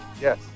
Yes